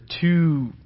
two